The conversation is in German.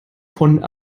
von